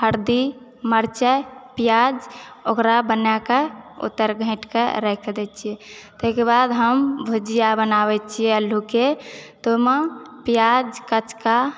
हरदि मिरचाइ प्याज ओकरा बनैक ओहितर ढकिकऽ राखि दैत छियै ताहिकऽ बाद हम भुजिआ बनाबैत छियै आलूके तऽ ओहिमे प्याज कचका